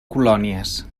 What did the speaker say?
colònies